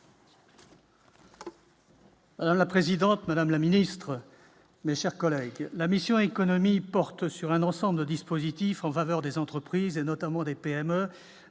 minutes. La présidente, madame la ministre mais, chers collègues, la mission économie porte sur un ensemble de dispositifs en faveur des entreprises, notamment des PME,